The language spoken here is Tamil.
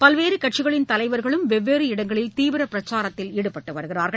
பல்வேறு கட்சிகளின் தலைவர்களும் வெவ்வேறு இடங்களில் தீவிர பிரச்சாரத்தில் ஈடுபட்டு வருகின்றனர்